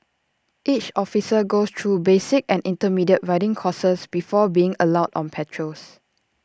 each officer goes through basic and intermediate riding courses before being allowed on patrols